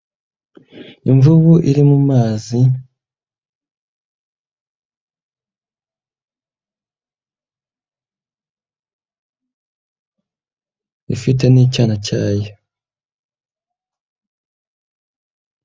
\Imvubu iri mu mazi, ifite n'icyana cyayo.